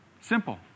Simple